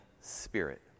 spirit